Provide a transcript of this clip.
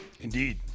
Indeed